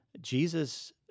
Jesus